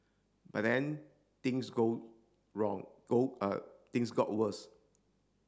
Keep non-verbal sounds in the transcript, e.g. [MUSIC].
but then things go wrong go [HESITATION] things got worse